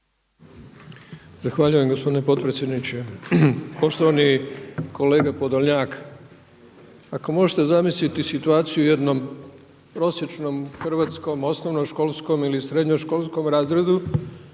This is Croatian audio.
Zahvaljujem gospodine potpredsjedniče. Poštovani kolega Podolnjak, ako možete zamisliti situaciju u jednom prosječnom hrvatskom osnovnoškolskom ili srednjoškolskom razredu